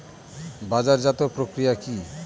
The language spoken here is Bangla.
বাজারজাতও প্রক্রিয়া কি?